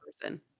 person